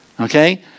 Okay